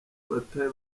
batahe